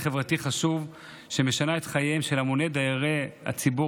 חברתי חשוב שמשנה את חייהם של המוני דיירי הדיור